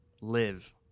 live